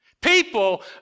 People